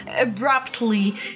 abruptly